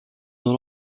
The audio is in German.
nur